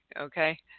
okay